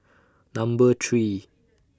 Number three